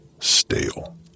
stale